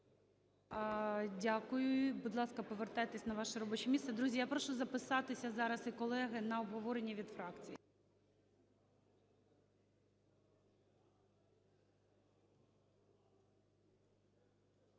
Дякую. Будь ласка, повертайтеся на ваше робоче місце. Друзі, я прошу записатися зараз, і колеги, на обговорення від фракцій.